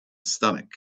stomach